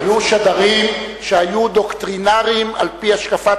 היו שדרים שהיו דוקטרינרים על-פי השקפת